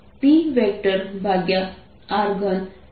rr Pr3 છે